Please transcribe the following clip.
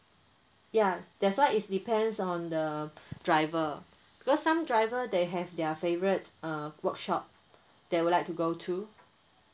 ya that's why it's depends on the driver because some driver they have their favourite uh workshop they would like to go to